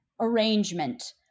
Arrangement